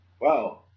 Wow